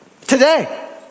Today